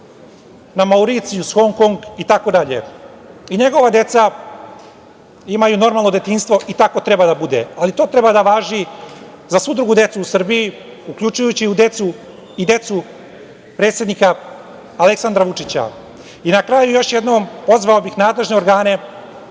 na Mauricijus, Hong Kong itd. i njegova deca imaju normalno detinjstvo i tako treba da bude, ali to treba da važi za svu drugu decu u Srbiji, uključujući i decu u predsednika Aleksandra Vučića. Na kraju, još jednom, pozvao bih nadležne organe